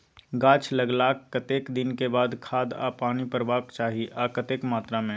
गाछ लागलाक कतेक दिन के बाद खाद आ पानी परबाक चाही आ कतेक मात्रा मे?